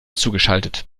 zugeschaltet